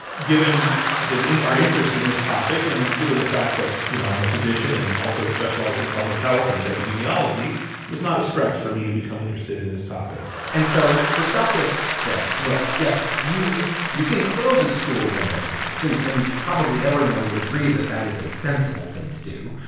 given the our interest in this topic and given the fact that, you know, i'm a physician and also specialized in public health and epidemiology, it was not a stretch for me to become interested in this topic and so christakis said, look yes, you you can close a school when there's a case, and and probably everyone would agree that that is a sensible thing to do.